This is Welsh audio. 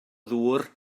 ddŵr